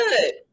good